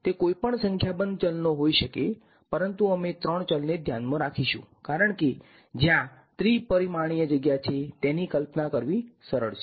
તે કોઈપણ સંખ્યાબંધ ચલોનો હોઈ શકે છે પરંતુ અમે ત્રણ ચલ ને જ ધ્યાનમાં રાખીશુ કારણ કે જ્યાં ત્રિપરિમાણીય જગ્યા છે તેની કલ્પના કરવી સરળ છે